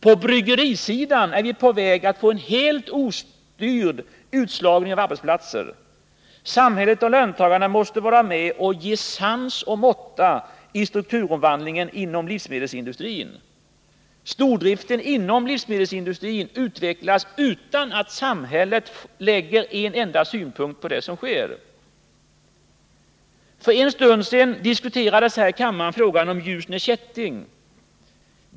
På bryggerisidan är vi på väg att få en helt ostyrd utslagning av arbetsplatser. Samhället och löntagarna måste vara med och ge sans och måtta i strukturomdaningen av livsmedelsindustrin. Stordriften inom livsmedelsindustrin utvecklas utan att samhället lägger en enda synpunkt på det som sker. För en stund sedan diskuterades här i kammaren frågan om Ljusne Kätting AB.